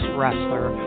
Wrestler